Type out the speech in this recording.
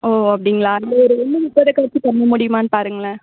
ஓ அப்படிங்களா இல்லை ஒரு ஒன்று முப்பதுக்காச்சும் பண்ணமுடியுமான்னு பாருங்களேன்